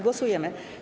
Głosujemy.